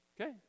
Okay